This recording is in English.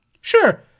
Sure